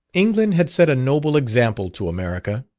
england had set a noble example to america,